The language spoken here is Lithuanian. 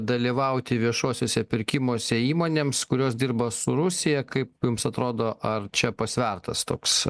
dalyvauti viešuosiuose pirkimuose įmonėms kurios dirba su rusija kaip jums atrodo ar čia pasvertas toks